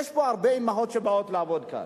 יש פה, הרבה אמהות באות לעבוד כאן,